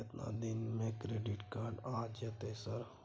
केतना दिन में क्रेडिट कार्ड आ जेतै सर?